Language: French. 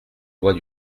lois